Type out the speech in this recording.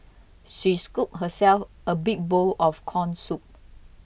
she scooped herself a big bowl of Corn Soup